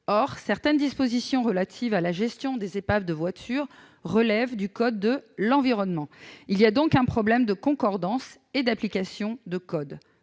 or certaines dispositions relatives à la gestion des épaves de voitures relèvent du code de l'environnement. Il y a donc un problème de concordance et d'application des codes.